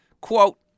Quote